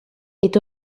est